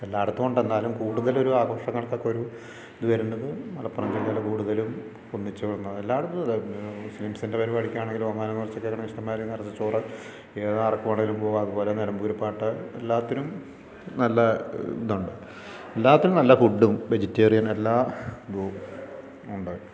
എല്ലായിടത്തും ഉണ്ട് എന്നാലും കൂടുതൽ ഒരു ആഘോഷങ്ങൾക്ക് ഒരു ഇത് വരുന്നത് മലപ്പുറം ജില്ലയിൽ കൂടുതലും ഒന്നിച്ച് വന്ന എല്ലായിടത്തും അതേ ഒന്നിച്ചു മുസ്ലിംസിൻ്റെ പരിപാടിക്ക് ആണേലും കുറച്ച് നെറച്ചു ചോറ് അവിടെ ആർക്കു വേണേലും പോകാം അതുപോലെ നിലമ്പൂർ പാട്ട് എല്ലാത്തിനും നല്ല ഇതുണ്ട് എല്ലാത്തിനും നല്ല ഫുഡും വെജിറ്റേറിയനും എല്ലാ ഇതും ഉണ്ട്